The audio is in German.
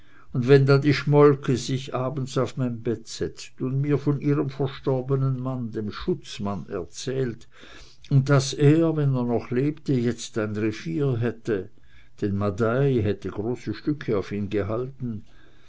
und wenn dann die schmolke sich abends auf mein bett setzt und mir von ihrem verstorbenen manne dem schutzmann erzählt und daß er wenn er noch lebte jetzt ein revier hätte denn madai hätte große stücke auf ihn gehalten